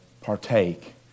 partake